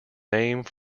name